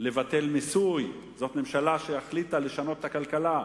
לבטל מיסוי, זאת ממשלה שהחליטה לשנות את הכלכלה.